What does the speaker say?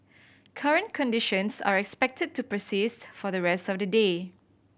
current conditions are expected to persist for the rest of the day